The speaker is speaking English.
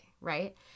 right